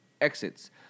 exits